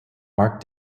mark